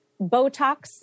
Botox